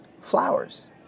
flowers